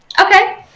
Okay